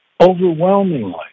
overwhelmingly